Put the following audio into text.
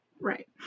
Right